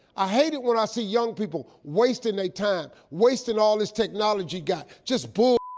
i hate it when i see young people wasting they time, wasting all this technology got, just bull